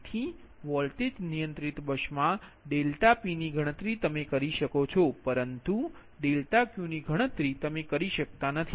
તેથી વોલ્ટેજ નિયંત્રિત બસમાં ∆Pની ગણતરી તમે કરી શકો છો પરંતુ ∆Q ની ગણતરી તમે કરી શકતા નથી